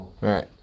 Right